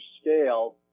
scale